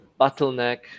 bottleneck